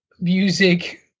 music